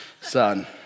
son